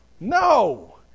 no